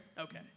Okay